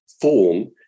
form